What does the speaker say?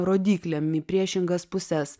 rodyklėm į priešingas puses